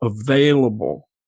available